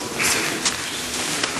הצעות לסדר-היום.